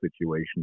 situation